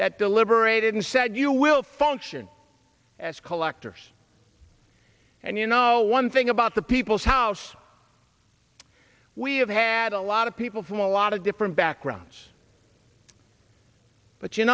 that deliberated and said you will function as collectors and you know one thing about the people's house we have had a lot of people from a lot of different backgrounds but you